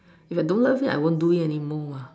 if I don't love it I won't do it anymore lah